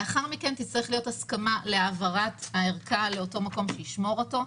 לאחר מכן תצטרך להיות הסכמה להעברת הערכה לאותו מקום שישמור אותו.